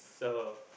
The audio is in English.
so